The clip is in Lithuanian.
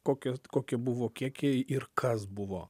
kokia kokie buvo kiekiai ir kas buvo